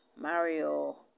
Mario